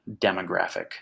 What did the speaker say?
demographic